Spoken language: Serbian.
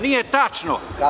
Nije tačno.